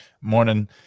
Morning